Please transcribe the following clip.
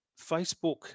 Facebook